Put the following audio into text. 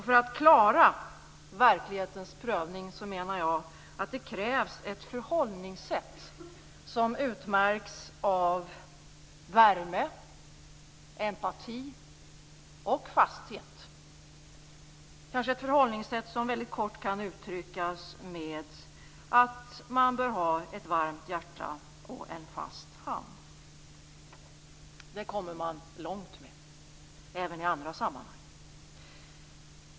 För att klara verklighetens prövning krävs ett förhållningssätt som utmärks av värme, empati och fasthet. Det kan väldigt kort uttryckas som att man bör ha ett varmt hjärta och en fast hand. Det kommer man långt med, även i andra sammanhang.